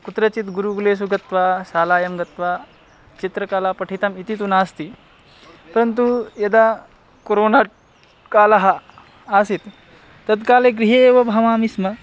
कुत्रचित् गुरुकुलेषु गत्वा शालायां गत्वा चित्रकला पठितम् इति तु नास्ति परन्तु यदा कोरोना कालः आसीत् तत्काले गृहे एव भवामि स्म